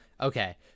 Okay